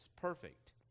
perfect